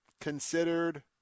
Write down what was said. considered